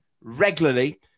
regularly